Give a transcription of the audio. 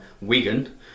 Wigan